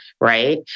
right